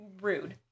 Rude